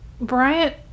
Bryant